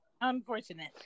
unfortunate